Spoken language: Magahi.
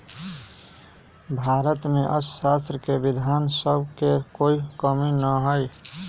भारत में अर्थशास्त्र के विद्वान सब के कोई कमी न हई